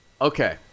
Okay